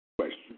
question